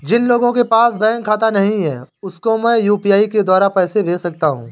जिन लोगों के पास बैंक खाता नहीं है उसको मैं यू.पी.आई के द्वारा पैसे भेज सकता हूं?